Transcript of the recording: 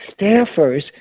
staffers